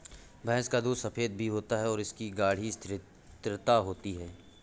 भैंस का दूध सफेद भी होता है और इसकी गाढ़ी स्थिरता होती है